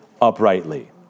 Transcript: uprightly